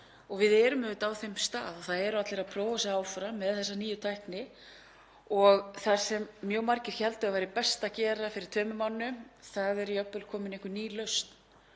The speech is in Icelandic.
Við erum á þeim stað að það eru allir að prófa sig áfram með þessa nýju tækni og það sem mjög margir héldu að væri best að gera fyrir tveimur mánuðum, þar er jafnvel komin einhver ný lausn.